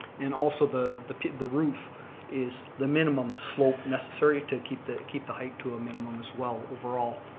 and also the the the roof is the minimum slope necessary to keep the keep the height to a minimum as well overall.